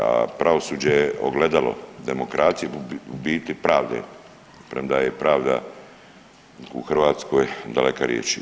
A pravosuđe je ogledalo demokracije, u biti pravde, premda je pravda u Hrvatskoj daleka riječ.